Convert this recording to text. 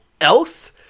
else